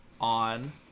on